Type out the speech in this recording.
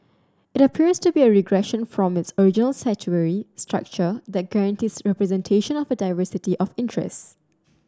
it appears to be a regression from its original statutory structure that guarantees representation of a diversity of interest